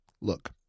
look